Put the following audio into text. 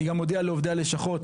אני גם מודיע לעובדי הלשכות,